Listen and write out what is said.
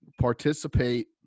participate